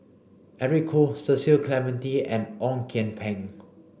Eric Khoo Cecil Clementi and Ong Kian Peng